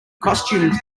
costumed